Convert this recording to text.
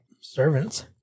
servants